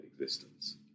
existence